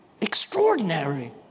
Extraordinary